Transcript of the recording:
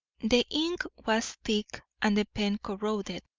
the ink was thick and the pen corroded,